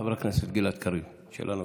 חבר הכנסת גלעד קריב, שאלה נוספת.